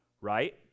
right